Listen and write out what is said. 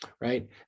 right